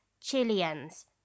Chileans